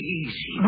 easy